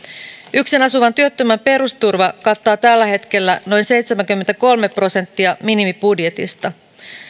yksin asuvan työttömän perusturva kattaa tällä hetkellä noin seitsemänkymmentäkolme prosenttia minimibudjetista